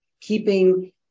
keeping